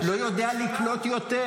-- לא יודע לקלוט יותר.